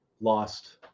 lost